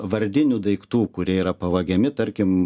vardinių daiktų kurie yra pavagiami tarkim